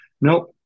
No